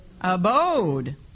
Abode